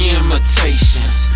imitations